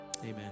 Amen